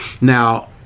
now